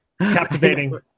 Captivating